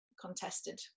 contested